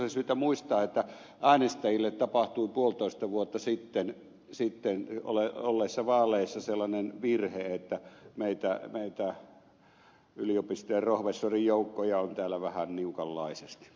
tiusasen syytä muistaa että äänestäjille tapahtui puolitoista vuotta sitten olleissa vaaleissa sellainen virhe että meitä yliopistojen rohvessorijoukkoja on täällä vähän niukanlaisesti